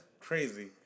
crazy